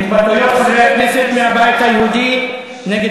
אוסקוט התבטאויות חברי הכנסת מהבית היהודי נגד